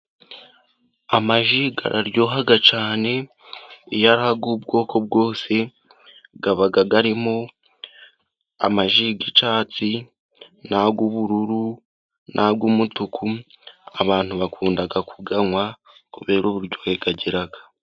Amaji araryoha cyane. Iyo ari ay'ubwoko bwose aba arimo amaji y'icatsi n'ay'ubururu n'umutuku. Abantu bakunda kuyanywa kubera uburyohe agira.